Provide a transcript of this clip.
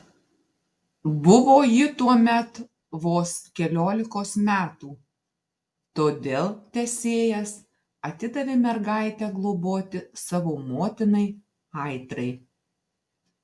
buvo ji tuomet vos keliolikos metų todėl tesėjas atidavė mergaitę globoti savo motinai aitrai